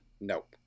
Nope